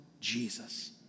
Jesus